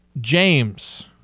James